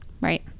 Right